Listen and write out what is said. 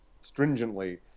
stringently